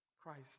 Christ